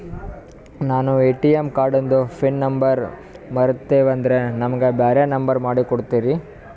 ನಾನು ಎ.ಟಿ.ಎಂ ಕಾರ್ಡಿಂದು pin number ಮರತೀವಂದ್ರ ನಮಗ ಬ್ಯಾರೆ ನಂಬರ್ ಮಾಡಿ ಕೊಡ್ತೀರಿ?